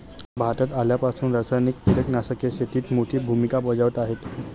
भारतात आल्यापासून रासायनिक कीटकनाशके शेतीत मोठी भूमिका बजावत आहेत